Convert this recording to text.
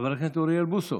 חבר הכנסת אוריאל בוסו,